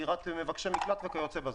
הגירת מבקשי מקלט וכיוצא בזה.